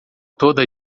toda